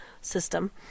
system